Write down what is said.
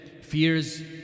fears